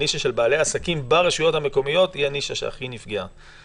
הנישה של בעלי עסקים ברשויות המקומיות היא הנישה שהכי נפגעה.